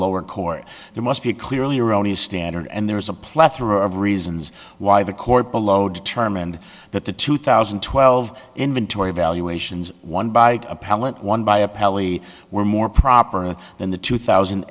lower court there must be clearly erroneous standard and there is a plethora of reasons why the court below determined that the two thousand and twelve inventory evaluations one by appellant one by appellee were more properly than the two thousand